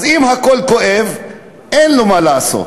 אז אם הכול כואב, אין לו מה לעשות.